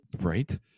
Right